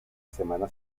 semana